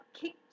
kicked